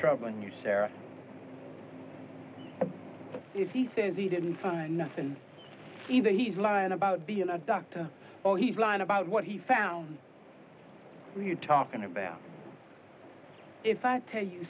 troubling you sara he says he didn't find nothing either he's lying about being a doctor or he's lying about what he found you talking about if i tell you